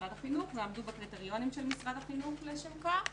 משרד החינוך ועמדו בקריטריונים של משרד החינוך לשם כך.